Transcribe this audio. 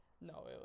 No